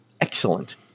Excellent